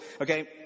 Okay